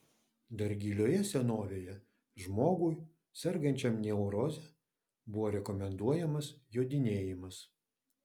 dar gilioje senovėje žmogui sergančiam neuroze buvo rekomenduojamas jodinėjimas